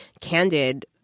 candid